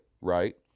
right